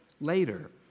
later